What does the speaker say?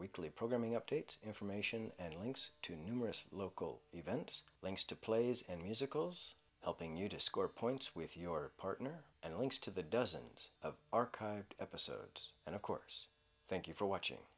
weekly programming update information and links to numerous local events links to plays and musicals helping you to score points with your partner and links to the dozens of archived episodes and of course thank you for watching